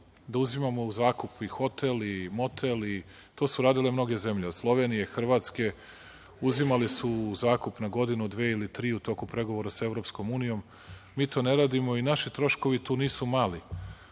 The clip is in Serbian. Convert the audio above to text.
da uzimamo u zakup i hotel i motel, to su radile mnoge zemlje, od Slovenije, Hrvatske, uzimali su u zakup na godinu, dve ili tri u toku pregovora sa EU. Mi to ne radimo i naši troškovi tu nisu mali.